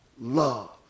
love